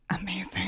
amazing